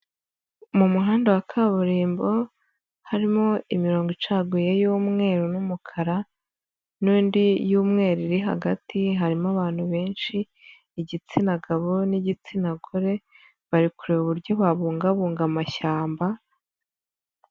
Mu muhanda wa kaburimbo harimo imirongo icaguyeye yu umwe n'umukara, n'indi y'umweru iri hagati, harimo abantu benshi, igitsina gabo n'igitsina gore bari kureba uburyo babungabunga amashyamba.